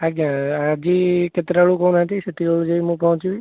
ଆଜ୍ଞା ଆଜି କେତେଟା ବେଳକୁ କହୁନାହାନ୍ତି ସେତିକି ବେଳକୁ ମୁଁ ଯାଇ ପହଞ୍ଚିବି